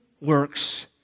works